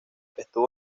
estuvo